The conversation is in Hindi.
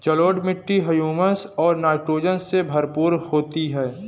जलोढ़ मिट्टी हृयूमस और नाइट्रोजन से भरपूर होती है